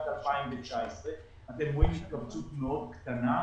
2019. אתם רואים שיש התכווצות מאוד קטנה.